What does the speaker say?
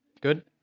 Good